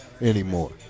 anymore